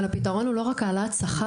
אבל הפתרון הוא לא רק העלאת שכר,